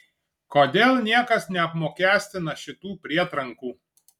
kodėl niekas neapmokestina šitų prietrankų